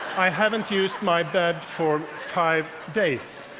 i haven't used my bed for five days.